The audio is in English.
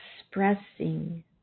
expressing